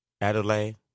Adelaide